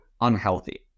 unhealthy